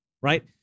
right